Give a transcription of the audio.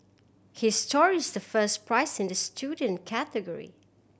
his story is the first prize in the student category